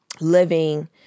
living